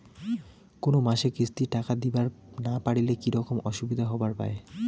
কোনো মাসে কিস্তির টাকা দিবার না পারিলে কি রকম অসুবিধা হবার পায়?